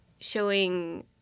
showing –